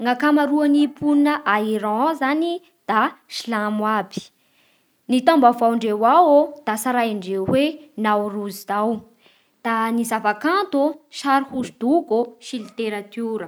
Ny akamaroan'ny ponina a Iran ao zany da silamo aby ny taom-baovao ndreo ao de tsarandreo hoe naorozy zao, da ny zava-kanto sary hosodoko sy ny literatiora